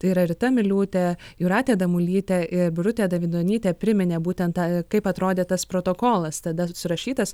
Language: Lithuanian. tai yra rita miliūtė jūratė damulytė ir birutė davidonytė priminė būtent tą kaip atrodė tas protokolas tada surašytas